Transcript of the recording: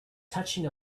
touching